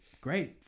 great